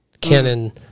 Canon